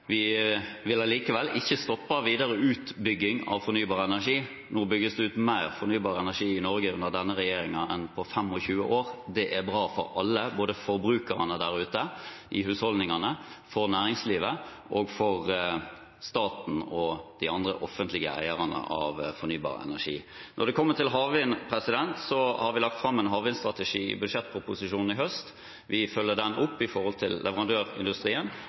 Vi vil allikevel ikke stoppe videre utbygging av fornybar energi – det bygges nå ut mer fornybar energi i Norge, under denne regjeringen, enn på 25 år. Det er bra for alle, både for forbrukerne der ute i husholdningene, for næringslivet og for staten og de andre offentlige eierne av fornybar energi. Når det gjelder havvind, har vi lagt fram en havvindsstrategi i budsjettproposisjonen i høst. Vi følger den opp med tanke på leverandørindustrien,